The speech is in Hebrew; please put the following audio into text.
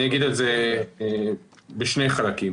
אני אתייחס בשני חלקים.